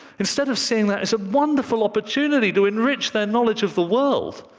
instead of seeing that as a wonderful opportunity to enrich their knowledge of the world,